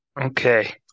Okay